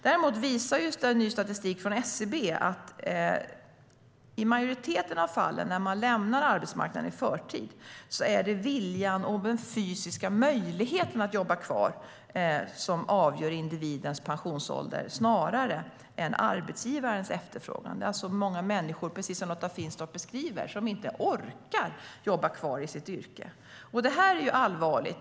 Däremot visar ny statistik från SCB att i majoriteten av de fall där man lämnar arbetsmarknaden i förtid är det viljan och den fysiska möjligheten att jobba kvar som avgör individens pensionsålder snarare än arbetsgivarens efterfrågan. Det är alltså, precis som Lotta Finstorp beskriver det, många människor som inte orkar jobba kvar i sitt yrke. Det är allvarligt.